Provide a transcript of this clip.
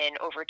over